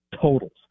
totals